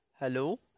Hello